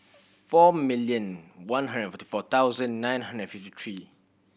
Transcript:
four million one hundred forty four thousand nine hundred and fifty three